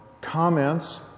comments